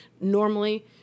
Normally